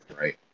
right